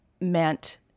meant